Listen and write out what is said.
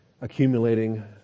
accumulating